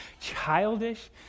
childish